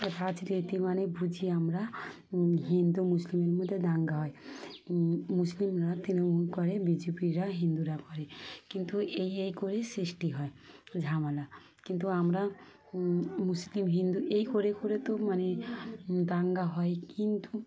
রাজনীতি মানে বুঝি আমরা হিন্দু মুসলিমের মধ্যে দাঙ্গা হয় মুসলিমরা তৃণমূল করে বি জে পিরা হিন্দুরা করে কিন্তু এই এই করেই সৃষ্টি হয় ঝামেলা কিন্তু আমরা মুসলিম হিন্দু এই করে করে তো মানে দাঙ্গা হয় কিন্তু